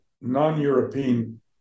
non-European